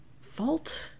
fault